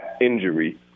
injury